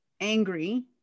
angry